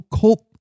cult